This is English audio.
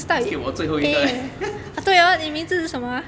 basket 我最后一个 eh